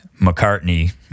McCartney